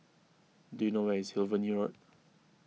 do you know where is Hillview Road